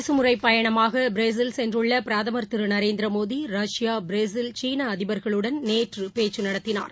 அரசமுறைப் பயணமாகபிரேசில் சென்றுள்ளபிரதமா் திருநரேந்திரமோடி ரஷ்யா பிரேசில் சீனஅதிபர்களுடன் நேற்றுபேச்சுநடத்தினார்